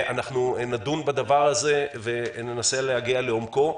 ואנחנו נדון בדבר הזה וננסה להגיע לעומקו,